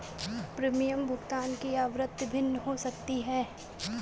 premium भुगतान की आवृत्ति भिन्न हो सकती है